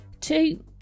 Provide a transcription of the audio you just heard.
Two